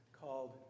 called